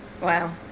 Wow